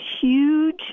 huge